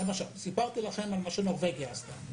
סיפרתי לכם מה נורבגיה עשתה: